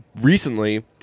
recently